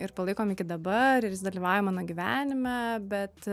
ir palaikom iki dabar ir jis dalyvauja mano gyvenime bet